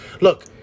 Look